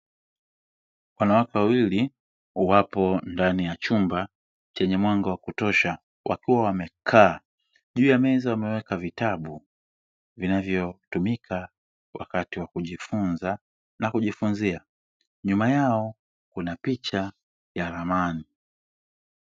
Wanawake wawili wapo ndani ya chumba chenye mwanga wa kutosha wakiwa wamekaa, juu ya meza wameweka vitabu vinavyotumika wakati wa kujifunza na kujifunzia, nyuma yao kuna picha ya ramani.